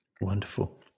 Wonderful